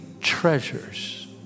treasures